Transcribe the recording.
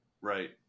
right